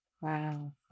Wow